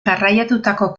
garraiatutako